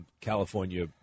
california